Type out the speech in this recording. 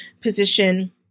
position